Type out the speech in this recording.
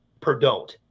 Perdon't